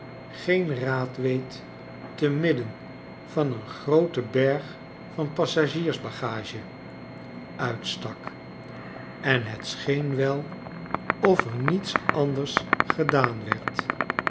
geen raad weet te midden van een grooten berg van passagiers bagage schetsen uit amerjka uitstak en net scheen wel of er niets anders gedaan werd